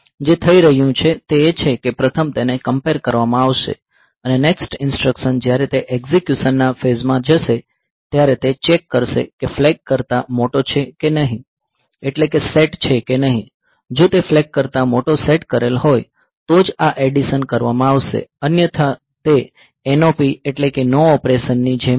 જે થઈ રહ્યું છે તે એ છે કે પ્રથમ તેને કંપેર કરવામાં આવશે અને નેક્સ્ટ ઇન્સટ્રકશન જ્યારે તે એકઝીક્યુશન ના ફેઝ માં જશે ત્યારે તે ચેક કરશે કે ફ્લેગ કરતાં મોટો છે કે નહીં એટલે કે સેટ છે કે નહીં જો તે ફ્લેગ કરતાં મોટો સેટ કરેલ હોય તો જ આ એડિશન કરવામાં આવશે અન્યથા તે NOP એટલે કે નો ઓપરેશન ની જેમ હોય છે